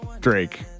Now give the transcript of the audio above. Drake